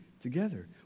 together